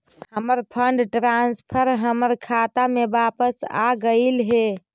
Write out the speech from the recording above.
हमर fund transfer हमर खाता में वापस आगईल हे